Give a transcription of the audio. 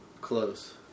close